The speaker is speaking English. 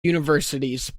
universities